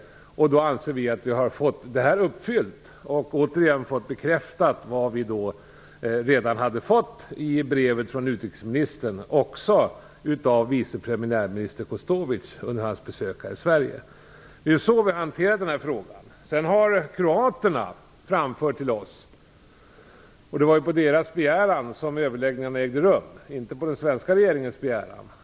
Vi anser att vi har fått det här uppfyllt. Det som sades i brevet från utrikesministern bekräftades också av vice premiärminister Kostovic under hans besök i Det är så vi har hanterat den här frågan. Sedan har kroaterna framfört till oss att de önskar diskutera takten i återsändandet. Det var på deras begäran som överläggningarna ägde rum - inte på den svenska regeringens begäran.